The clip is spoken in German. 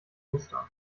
ostern